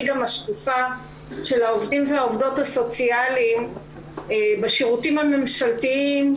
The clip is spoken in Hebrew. גם השקופה של העובדים והעובדות הסוציאליים בשירותים הממשלתיים,